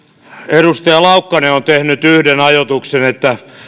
edustaja laukkanen on tehnyt yhden ajoituksen että